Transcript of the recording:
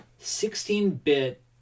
16-bit